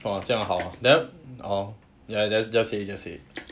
!wah! 这样样好 ah then uh ya just say just say